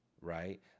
right